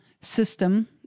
system